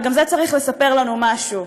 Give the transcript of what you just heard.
וגם זה צריך לספר לנו משהו.